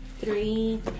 three